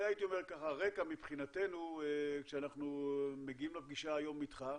זה רקע מבחינתנו כשאנחנו מגיעים לפגישה היום איתך,